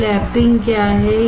तो लैपिंग क्या है